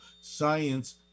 Science